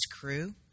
crew